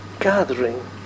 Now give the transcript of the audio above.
gathering